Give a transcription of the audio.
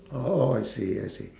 oh I see I see